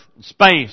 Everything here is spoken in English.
space